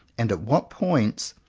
and at what points,